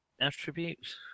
attributes